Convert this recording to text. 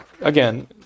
again